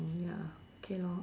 ya okay lor